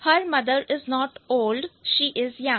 her mother is not old she is young